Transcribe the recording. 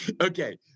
Okay